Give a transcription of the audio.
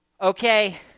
Okay